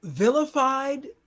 Vilified